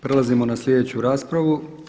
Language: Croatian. Prelazim ona sljedeću raspravu.